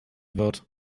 wird